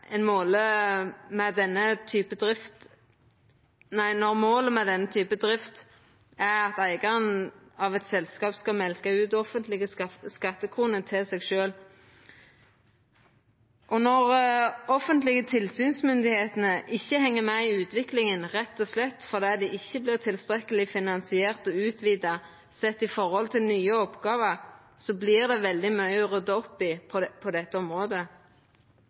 når målet med denne typen drift er at eigaren av eit selskap skal mjølka ut offentlege skattekroner til seg sjølv. Når dei offentlege tilsynsmyndigheitene ikkje heng med i utviklinga, rett og slett fordi dei ikkje vert tilstrekkeleg finansierte og utvida sett i forhold til nye oppgåver, vert det veldig mykje å rydda opp i på dette området.